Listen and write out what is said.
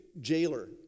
jailer